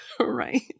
Right